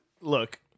look